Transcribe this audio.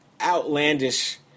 outlandish